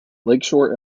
lakeshore